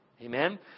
Amen